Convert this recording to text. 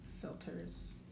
filters